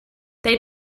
they